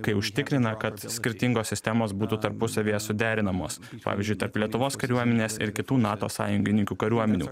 kai užtikrina kad skirtingos sistemos būtų tarpusavyje suderinamos pavyzdžiui tarp lietuvos kariuomenės ir kitų nato sąjungininkių kariuomenių